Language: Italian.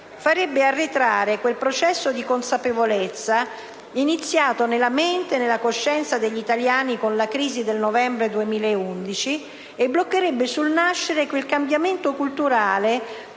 quel processo di consapevolezza iniziato nella mente e nella coscienza degli italiani con la crisi del novembre 2011 e bloccherebbe sul nascere quel cambiamento culturale